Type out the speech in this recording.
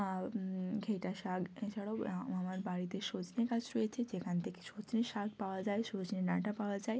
ঘিটা শাক এছাড়াও আমার বাড়িতে সজনে গাছ রয়েছে যেখান থেকে সজনে শাক পাওয়া যায় সজনে ডাঁটা পাওয়া যায়